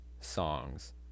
songs